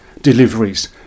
deliveries